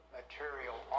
material